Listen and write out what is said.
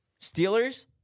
Steelers